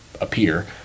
appear